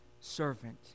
servant